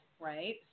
Right